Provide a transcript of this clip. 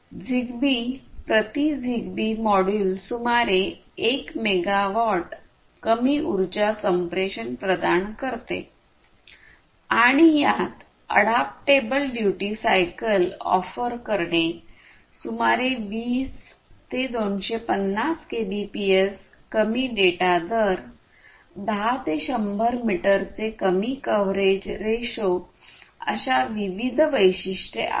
Zigbee प्रति Zigbee module सुमारे 1 megawatt कमी उर्जा संप्रेषण प्रदान करते आणि यात अॅडॅपटेबल ड्युटी सायकल ऑफर करणे सुमारे 20 ते 250 केबीपीएस कमी डेटा दर 10 ते 100 मीटरचे कमी कव्हरेज रेशो अशा विविध वैशिष्ट्ये आहेत